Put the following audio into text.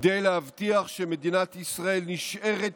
כדי להבטיח שמדינת ישראל נשארת